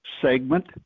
segment